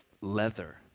leather